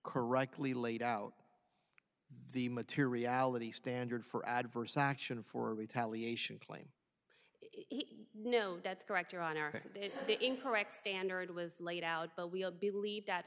correctly laid out the materiality standard for adverse action for retaliation claim no that's correct your honor is incorrect standard was laid out but we all believe that